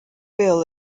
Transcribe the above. bill